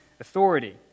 authority